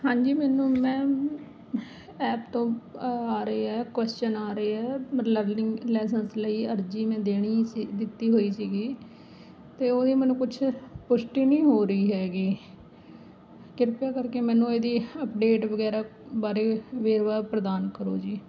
ਹਾਂਜੀ ਮੈਨੂੰ ma'am app ਤੋਂ ਆ ਰਹੇ ਹੈ ਕੁਐਸਚਨ ਆ ਰਹੇ ਹੈ ਮੈਂ ਲਰਨਿੰਗ ਲਾਈਸੈਂਸ ਲਈ ਅਰਜੀ ਮੈਂ ਦੇਣੀ ਸੀ ਦਿੱਤੀ ਹੋਈ ਸੀਗੀ ਅਤੇ ਉਹਦੇ ਮੈਨੂੰ ਕੁਛ ਪੁਸ਼ਟੀ ਨਹੀਂ ਹੋ ਰਹੀ ਹੈਗੀ ਕਿਰਪਾ ਕਰਕੇ ਮੈਨੂੰ ਇਹਦੀ ਅਪਡੇਟ ਵਗੈਰਾ ਬਾਰੇ ਵੇਰਵਾ ਪ੍ਰਦਾਨ ਕਰੋ ਜੀ